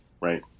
right